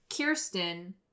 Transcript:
Kirsten